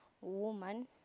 woman